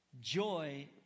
joy